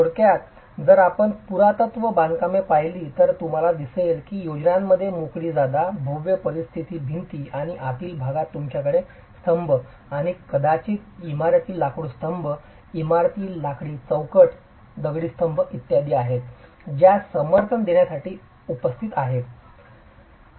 थोडक्यात जर आपण पुरातन बांधकामे पाहिली तर तुम्हाला दिसेल की योजनांमध्ये मोकळी जागा भव्य परिघीय भिंती आणि आतील भागात तुमच्याकडे स्तंभ आणि कदाचित इमारती लाकूड स्तंभ इमारती लाकडी चौकट दगडी स्तंभ आहेत ज्यास समर्थन देण्यासाठी उपस्थित आहेत मजला